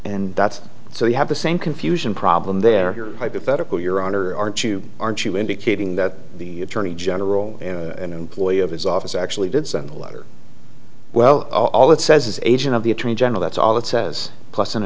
and that's so you have the same confusion problem they're here hypothetical your honor aren't you aren't you indicating that the attorney general an employee of his office actually did send a letter well all it says is agent of the attorney general that's all it says plus an